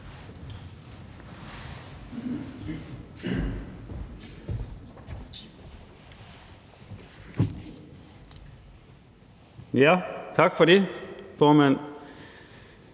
Tak for det, formand.